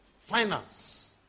finance